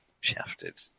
shafted